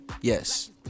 Yes